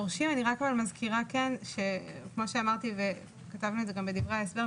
אני רק מזכירה שכמו שאמרתי וכתבנו את זה גם בדברי ההסבר,